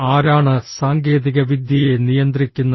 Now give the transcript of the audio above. ആരാണ് സാങ്കേതികവിദ്യയെ നിയന്ത്രിക്കുന്നത്